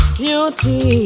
beauty